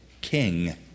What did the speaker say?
king